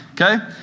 okay